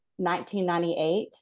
1998